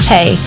Hey